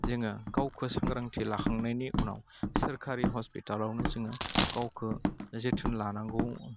जोङो गावखौ सांग्रांथि लाखांनायनि उनाव सोरकारि हस्पिटालावनो जोङो गावखौ जोथोन लानांगौ